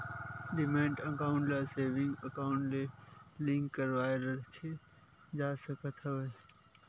demat account ल saving account ले link करवाके रखे जा सकत हवय